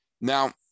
Now